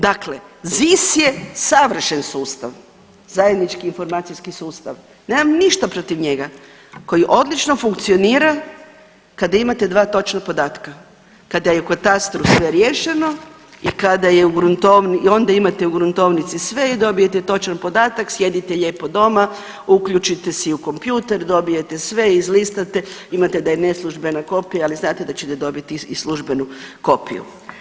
Dakle, ZIS je savršen sustav, Zajednički informacijski sustav, nemam ništa protiv njega koji odlično funkcionira kada imate dva točna podatka, kada je u katastru sve riješeno i kada je u gruntovni i onda imate u gruntovnici sve i dobijete točan podatak, sjedite lijepo doma, uključite si u kompjuter dobijete sve, izlistate, imate da je neslužbena kopija, ali znate da ćete dobiti i službenu kopiju.